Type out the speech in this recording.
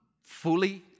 fully